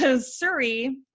Surrey